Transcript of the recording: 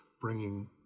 bringing